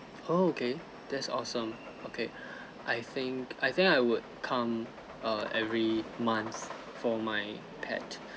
oh okay that's awesome okay I think I think I would come err every months for my pet